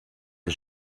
een